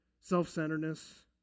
self-centeredness